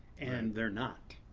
and they're not.